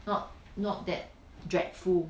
not not that dreadful